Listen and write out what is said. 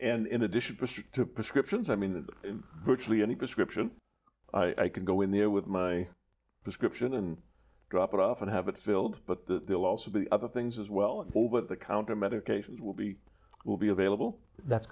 and in addition to prescriptions i mean virtually any prescription i could go in there with my prescription and drop it off and have it filled but there'll also be other things as well over the counter medications will be will be available that's